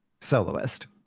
Soloist